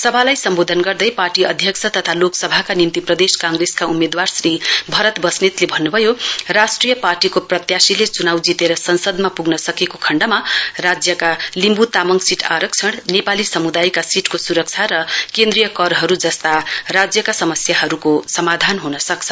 सभालाई सम्वोधन गर्दै पार्टी अध्यक्ष तथा लोकसभाका निम्ति प्रदेश काँग्रेसका उम्मेदवार श्री भरत वस्नेतले भन्नभयो राष्ट्रिय पार्टीको प्रत्याशीले चुनाउ जितेर संसदमा पुग्न सकेको खण्डमा लिम्बु तामङ सीट आरक्षण नेपाली समुदायका सीटको सुरक्षा केन्द्रीय करहरु जस्ता समस्याहरुको समाधान सुनिश्चित गर्न सकिन्छ